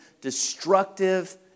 destructive